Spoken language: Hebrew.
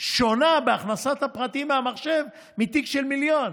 שונה בהכנסת הפרטים במחשב מתיק של מיליון.